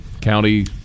county